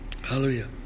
Hallelujah